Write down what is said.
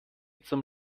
zum